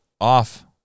off